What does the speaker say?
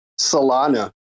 Solana